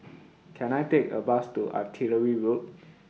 Can I Take A Bus to Artillery Road